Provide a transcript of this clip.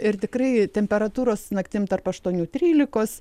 ir tikrai temperatūros naktim tarpaštuonių trylikos